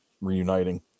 reuniting